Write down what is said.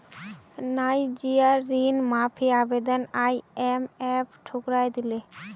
नाइजीरियार ऋण माफी आवेदन आईएमएफ ठुकरइ दिले